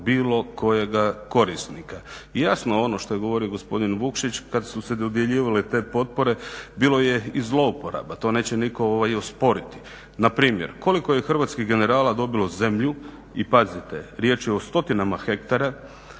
bilo kojega korisnika. I jasno, ono što je govorio gospodin Vukšić, kad su se dodjeljivale te potpore bilo je i zlouporaba, to neće nitko osporiti. Npr. koliko je hrvatskih generala dobilo zemlju i pazite, riječ je o stotinama hektara,